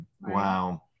Wow